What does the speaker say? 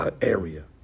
area